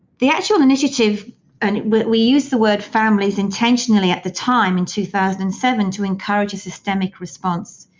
the actual initiative and we use the word families intentionally at the time in two thousand and seven to encourage a systemic response.